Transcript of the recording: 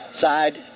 side